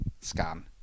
scan